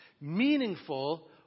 meaningful